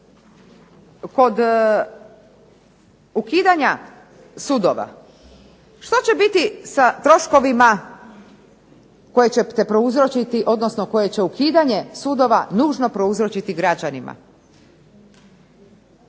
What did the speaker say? Kod ukidanja sudova, što će biti sa troškovima koje ćete prouzročiti, odnosno koje će ukidanje sudova nužno prouzročiti građanima?